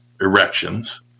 erections